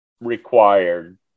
required